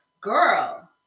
Girl